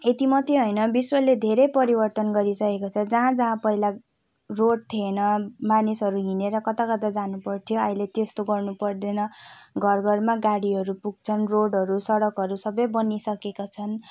यति मात्रै होइन विश्वले धेरै परिवर्तन गरिसकेको छ जहाँ जहाँ पहिला रोड थिएन मानिसहरू हिँडेर कता कता जानुपर्थ्यो अहिले त्यस्तो गर्नुपर्दैन घर घरमा गाडीहरू पुग्छन् रोडहरू सडकहरू सबै बनिइसकेका छन्